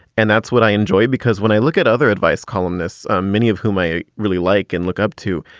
and that's what i enjoy, because when i look at other advice columnists, um many of whom i really like and look up to,